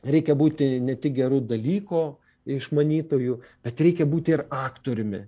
reikia būti ne tik geru dalyko išmanytoju bet reikia būti ir aktoriumi